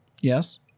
Yes